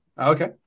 Okay